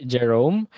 Jerome